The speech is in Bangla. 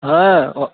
হ্যাঁ অ